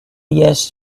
yes